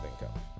income